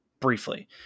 briefly